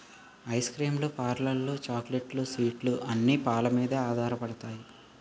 ice cream లు పార్లర్లు చాక్లెట్లు స్వీట్లు అన్ని పాలమీదే ఆధారపడతాయి